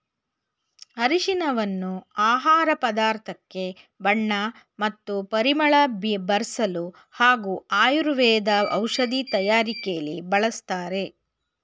ಅರಿಶಿನವನ್ನು ಆಹಾರ ಪದಾರ್ಥಕ್ಕೆ ಬಣ್ಣ ಮತ್ತು ಪರಿಮಳ ಬರ್ಸಲು ಹಾಗೂ ಆಯುರ್ವೇದ ಔಷಧಿ ತಯಾರಕೆಲಿ ಬಳಸ್ತಾರೆ